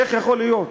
איך יכול להיות?